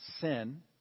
sin